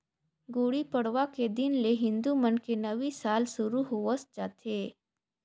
गुड़ी पड़वा के दिन ले हिंदू मन के नवी साल सुरू होवस जाथे